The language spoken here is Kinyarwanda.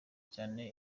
cyane